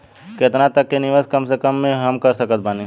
केतना तक के निवेश कम से कम मे हम कर सकत बानी?